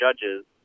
judges